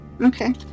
Okay